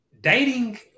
dating